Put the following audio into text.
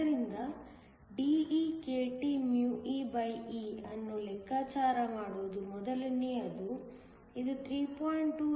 ಆದ್ದರಿಂದ DekTee ಅನ್ನು ಲೆಕ್ಕಾಚಾರ ಮಾಡುವುದು ಮೊದಲನೆಯದು ಇದು 3